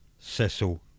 Cecil